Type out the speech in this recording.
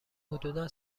حدودا